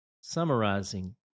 Summarizing